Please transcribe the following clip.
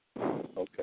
Okay